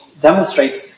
demonstrates